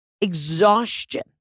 exhaustion